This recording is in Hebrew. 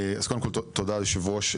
אז קודם כל, תודה יושב הראש.